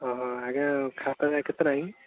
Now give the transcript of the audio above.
ଅ ହ ଆଜ୍ଞା ଖାତା ଯାକ କେତେ ଟଙ୍କା କି